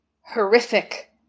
horrific